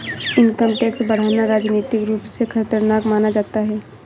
income tax बढ़ाना राजनीतिक रूप से खतरनाक माना जाता है